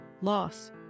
loss